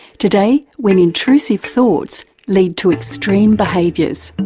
today, when intrusive thoughts lead to extreme behaviours.